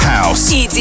House